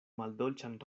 maldolĉan